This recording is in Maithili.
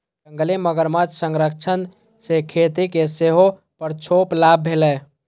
जंगली मगरमच्छ संरक्षण सं खेती कें सेहो परोक्ष लाभ भेलैए